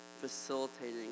facilitating